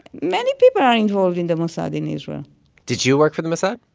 many people are involved in the mossad in israel did you work for the mossad?